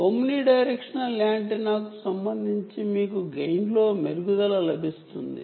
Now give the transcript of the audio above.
omni directional యాంటెన్నాకు సంబంధించి మీకుగెయిన్ లో ఎంత మెరుగుదల లభిస్తుంది